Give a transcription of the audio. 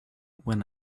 when